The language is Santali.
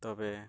ᱛᱚᱵᱮ